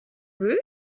roof